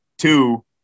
Two